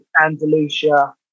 Andalusia